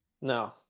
No